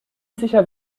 sicher